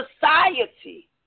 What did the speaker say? Society